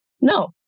No